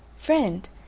Friend